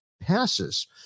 passes